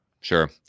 Sure